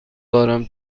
دارم